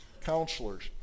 counselors